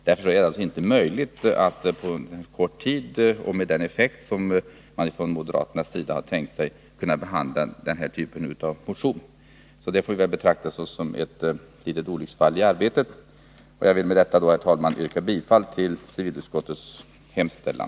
Därför är det inte möjligt att på kort tid och med den effekt som man från moderaternas sida har tänkt sig behandla den typ av frågor som tagits upp i den här motionen. Förslaget får väl betraktas som ett litet olycksfall i arbetet. Jag vill med detta, herr talman, yrka bifall till civilutskottets hemställan.